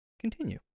Continue